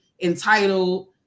entitled